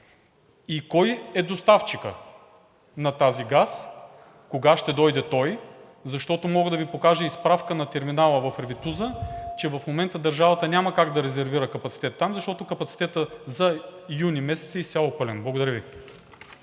Кой е доставчикът на тази газ? Кога ще дойде той? Защото мога да Ви покажа и справка на терминала в Ревитуса, че в момента държавата няма как да резервира капацитет там, защото капацитетът за месец юни е изцяло пълен. Благодаря Ви.